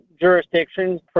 jurisdictions